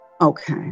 Okay